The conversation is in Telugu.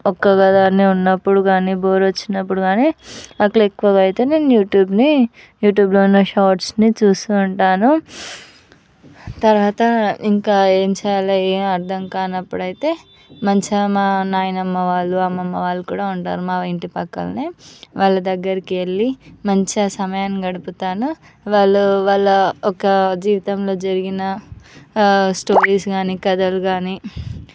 ఒకదాన్నే ఉన్నప్పుడు కానీ బోరు వచ్చినప్పుడు కానీ అట్లా ఎక్కువగా అయితే నేను యూట్యూబ్ని యూట్యూబ్లో ఉన్న షార్ట్స్ని చూస్తూ ఉంటాను తర్వాత ఇంకా ఏం చేయాలి ఏం చేయాలో అర్థం కానప్పుడు అయితే మంచిగా మా నాయనమ్మ వాళ్ళు అమ్మమ్మ వాళ్ళు కూడా ఉంటారు మా ఇంటి పక్కనే వాళ్ళ దగ్గరికి వెళ్లి మంచిగా సమయం గడుపుతాను వాళ్ళు వాళ్ళ యోక్క జీవితంలో జరిగిన స్టోరీస్ కానీ కథలు కానీ